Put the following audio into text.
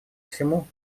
всему